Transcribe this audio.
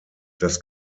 das